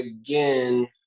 again